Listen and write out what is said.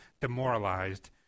demoralized